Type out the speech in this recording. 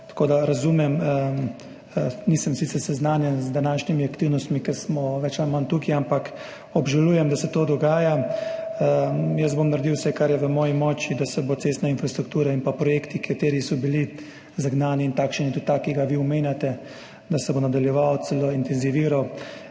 tako da razumem. Sicer nisem seznanjen z današnjimi aktivnostmi, ker smo bolj ali manj tukaj, ampak obžalujem, da se to dogaja. Naredil bom vse, kar je v moji moči, da se bodo cestna infrastruktura in projekti, ki so bili zagnani, in takšen je tudi ta, ki ga vi omenjate, nadaljevali, celo intenzivirali.